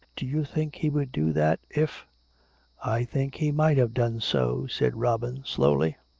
do you think he would do that if i think he might have done so, said robin slowly.